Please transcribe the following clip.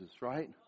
right